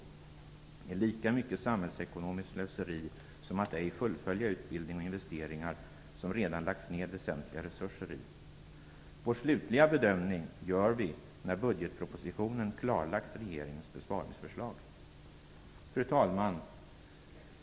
Detta är lika mycket samhällsekonomiskt slöseri som att ej fullfölja utbildning och investeringar som det redan lagts ned väsentliga resurser i. Vår slutliga bedömning gör vi när budgetpropositionen klarlagt regeringens besparingsförslag. Fru talman!